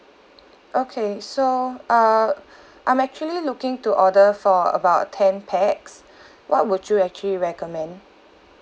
okay so uh I'm actually looking to order for about ten pax what would you actually recommend